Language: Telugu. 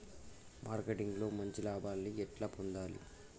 మార్కెటింగ్ లో మంచి లాభాల్ని ఎట్లా పొందాలి?